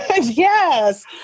yes